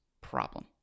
problem